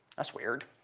that's weird